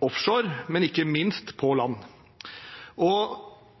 offshore, men ikke minst på land.